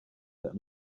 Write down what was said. that